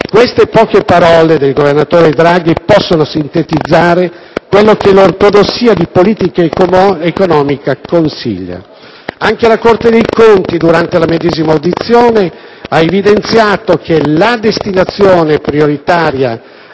Queste poche parole del governatore Draghi possono sintetizzare quello che l'ortodossia in politica economica consiglia. Anche la Corte dei conti, durante la medesima audizione, ha evidenziato che la destinazione prioritaria